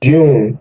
June